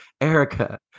Erica